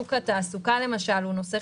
שוק התעסוקה הוא נושא חשוב,